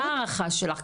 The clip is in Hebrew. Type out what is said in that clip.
מה ההערכה שלך,